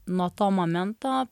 nuo to momento